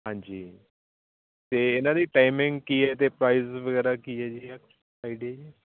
ਹਾਂਜੀ ਅਤੇ ਇਹਨਾਂ ਦੀ ਟਾਈਮਿੰਗ ਕੀ ਹੈ ਅਤੇ ਪ੍ਰਾਈਜ ਵਗੈਰਾ ਕੀ ਹੈ ਜੀ